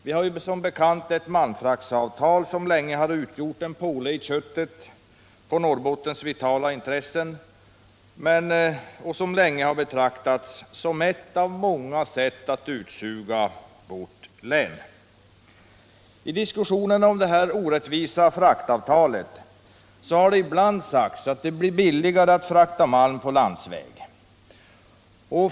Vi har ju som bekant ett malmfraktavtal som länge har varit en påle i köttet på Norrbottens vitala intressen och som länge har betraktats som ett av många sätt att suga ut vårt län. I diskussionerna om detta orättvisa fraktavtal har det ibland sagts att det blir billigare att frakta malm på landsväg.